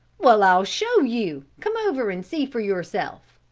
well, i'll show you, come over and see for yourself.